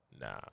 Nah